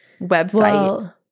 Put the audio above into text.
website